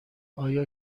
آیا